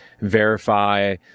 verify